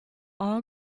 all